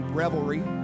revelry